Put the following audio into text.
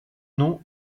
nom